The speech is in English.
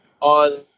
on